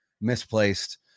misplaced